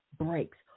breaks